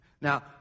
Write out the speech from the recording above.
Now